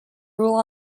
rule